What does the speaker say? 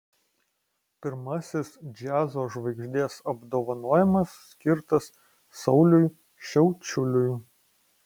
pirmasis džiazo žvaigždės apdovanojimas skirtas sauliui šiaučiuliui